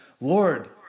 Lord